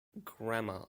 grammar